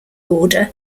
order